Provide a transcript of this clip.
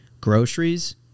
groceries